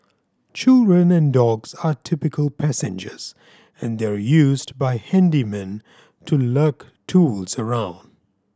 children and dogs are typical passengers and they're used by handymen to lug tools around